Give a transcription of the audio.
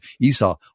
Esau